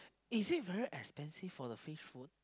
is it very expensive for the fish food